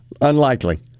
unlikely